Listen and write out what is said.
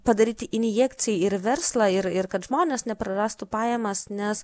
padaryti injekciją ir verslą ir ir kad žmonės neprarastų pajamas nes